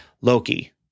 Loki